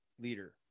leader